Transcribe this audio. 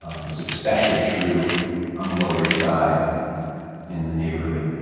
um it was especially true on the lower east side in the neighborhood, you